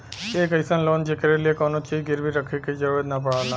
एक अइसन लोन जेकरे लिए कउनो चीज गिरवी रखे क जरुरत न पड़ला